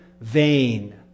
vain